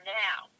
now